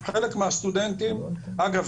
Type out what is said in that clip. אגב,